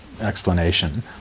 explanation